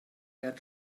had